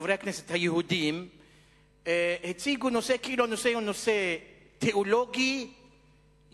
חברי הכנסת היהודים הציגו את הנושא כאילו הוא נושא תיאולוגי יהודי.